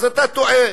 אז אתה טועה.